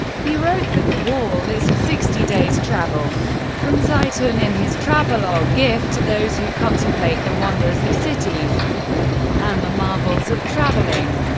he wrote that the wall is sixty days' travel from zeitun in his travelogue gift to those who contemplate the wonders of cities and the marvels of travelling.